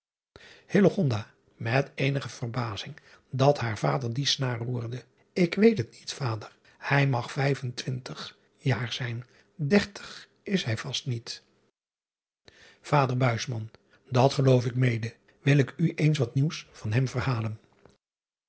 met eenige verbazing dat haar vader die snaar roerde k weet het niet vader ij mag vijf en twindig jaar zijn dertig is hij vast niet ader at geloof ik mede il ik u eens wat nieuws van hem